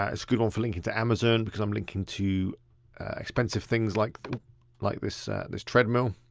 ah it's coupon for link into amazon because i'm linking to expensive things like like this this treadmill